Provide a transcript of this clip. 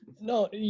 No